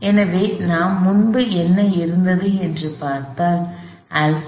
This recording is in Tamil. எனவே நாம் முன்பு என்ன இருந்தது என்று பார்த்தால் α sinϴ